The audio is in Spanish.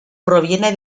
proviene